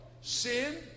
Sin